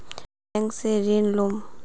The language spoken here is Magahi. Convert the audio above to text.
बैंक से ऋण लुमू?